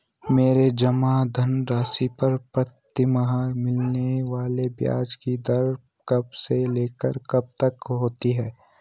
मेरे जमा धन राशि पर प्रतिमाह मिलने वाले ब्याज की दर कब से लेकर कब तक होती है?